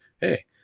hey